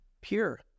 pure